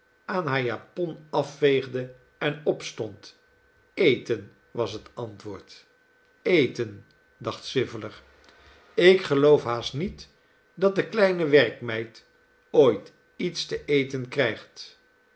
aan haar japon afveegde en opstond eten was het antwoord eten dacht swiveller ik geloof haast niet dat die kleine werkmeid ooit iets te eten krijgt